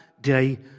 day